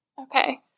Okay